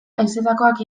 haizetakoak